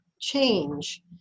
change